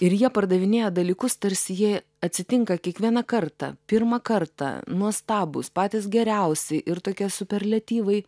ir jie pardavinėja dalykus tarsi jie atsitinka kiekvieną kartą pirmą kartą nuostabūs patys geriausi ir tokie superliatyvai